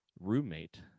roommate